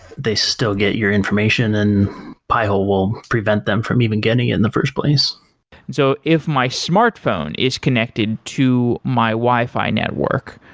they still get your information and pi-hole will prevent them from even getting in the first place so if my smartphone is connected to my wi-fi network,